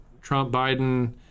Trump-Biden